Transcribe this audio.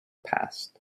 past